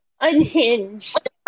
unhinged